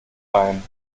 ein